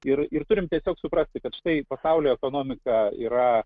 ir ir turim tiesiog suprasti kad štai pasaulio ekonomika yra